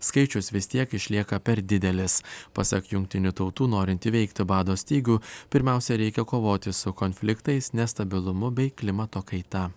skaičius vis tiek išlieka per didelis pasak jungtinių tautų norint įveikti bado stygių pirmiausia reikia kovoti su konfliktais nestabilumu bei klimato kaita